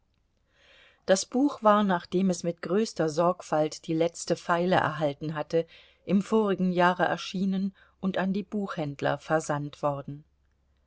das buch war nachdem es mit größter sorgfalt die letzte feile erhalten hatte im vorigen jahre erschienen und an die buchhändler versandt worden